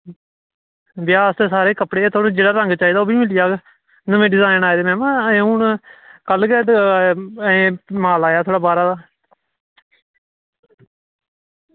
ब्याह् आस्तै सारे कपड़े गै थुआनूं जेह्ड़ा रंग चाहिदा ओह् बी मिली जाह्ग नमें डिजाईन आए दे न हून कल गै माल आया थोह्ड़ा बाह्रा दा